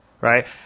Right